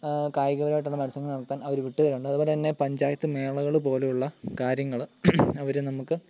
കായിക പരമായിട്ടുള്ള മത്സരം നടത്താൻ അവര് വിട്ടു തരുന്നുണ്ട് അതുപോലെ പഞ്ചായത്ത് മേളകള് പോലെയുള്ള കാര്യങ്ങള് അവര് നമുക്ക്